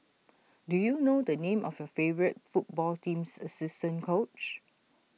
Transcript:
do you know the name of your favourite football team's assistant coach